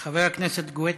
חבר הכנסת גואטה.